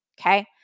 Okay